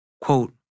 Quote